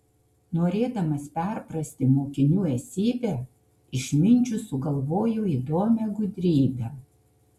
norėdamas perprasti mokinių esybę išminčius sugalvojo įdomią gudrybę